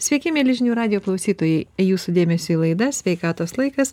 sveiki mieli žinių radijo klausytojai jūsų dėmesiui laida sveikatos laikas